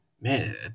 man